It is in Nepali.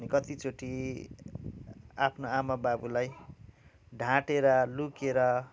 अनि कतिचोटि आफनो आमा बाबुलाई ढाँटेर लुकेर